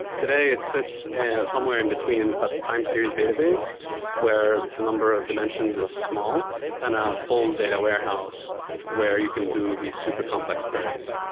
today it sits somewhere in between a time series database where the number of dimensions is small and a full data warehouse where you can do these super complex queries.